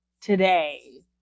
today